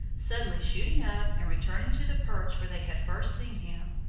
suddenly shooting up and returning to the perch where they had first seen him.